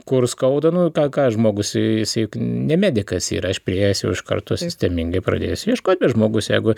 kur skauda nu tą ką žmogus jisai juk ne medikas yra aš priėjęs jau iš karto sistemingai pradėsiu ieškoti bet žmogus jeigu